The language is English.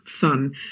fun